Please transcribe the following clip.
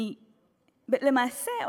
למעשה,